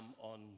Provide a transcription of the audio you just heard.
on